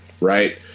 Right